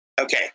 Okay